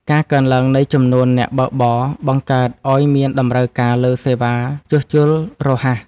ការកើនឡើងនៃចំនួនអ្នកបើកបរ បង្កើតឱ្យមានតម្រូវការលើសេវាជួសជុលរហ័ស។